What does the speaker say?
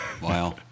Wow